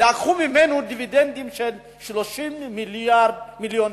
לקחו ממנו דיבידנדים של 30 מיליון שקל.